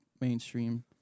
mainstream